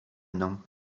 mną